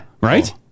Right